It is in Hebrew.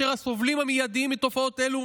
שהסובלים המיידיים מתופעות אלו